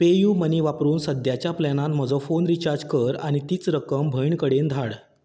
पेयूमनी वापरून सद्याच्या प्लॅनांत म्हजो फोन रिचार्ज कर आनी तीच रक्कम भयण कडेन धाड